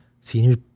senior